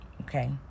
Okay